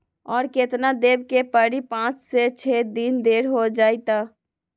और केतना देब के परी पाँच से छे दिन देर हो जाई त?